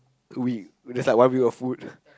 cool it that's what I want with your food